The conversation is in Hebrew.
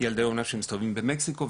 ילדי אומנה שמסתובבים במקסיקו,